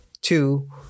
Two